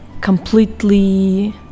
completely